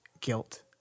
guilt